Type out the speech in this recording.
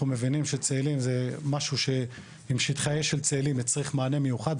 אנחנו מבינים ששטחי האש של צאלים מצריכים מענה מיוחד,